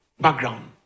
background